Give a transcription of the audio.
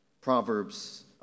Proverbs